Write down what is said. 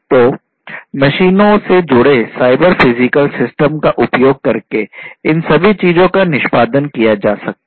तो मशीनों से जुड़े साइबर फिजिकल सिस्टम का उपयोग करके इन सभी चीजों का निष्पादन किया जा सकता है